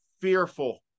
fearful